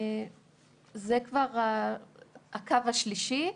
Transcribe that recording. זה כבר הקו השלישי,